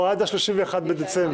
או עד ה-31 בדצמבר?